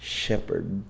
shepherd